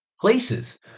places